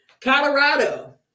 Colorado